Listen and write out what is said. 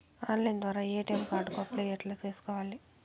Online ద్వారా ATM card కు apply ఎట్లా సేసుకోవాలి?